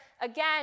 again